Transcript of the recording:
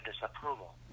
disapproval